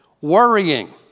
Worrying